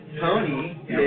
Tony